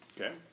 Okay